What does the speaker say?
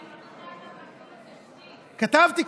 כתבתי,